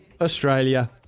Australia